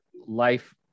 life